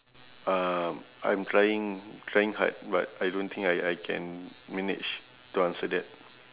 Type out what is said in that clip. um I'm trying trying hard but I don't think I I can manage to answer that